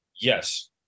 Yes